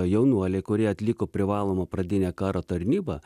jaunuoliai kurie atliko privalomą pradinę karo tarnybą